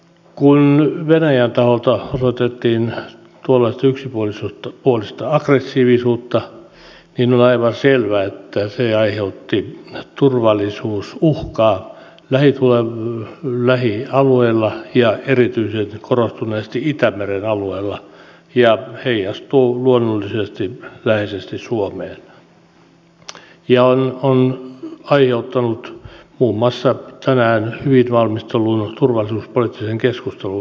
kun venäjän taholta osoitettiin tuollaista yksipuolista aggressiivisuutta niin on aivan selvä että se aiheutti turvallisuusuhkaa lähialueella ja erityisen korostuneesti itämeren alueella ja heijastuu luonnollisesti läheisesti suomeen ja on aiheuttanut muun muassa tämäpäiväisen hyvin valmistellun turvallisuuspoliittisen keskustelun perusteet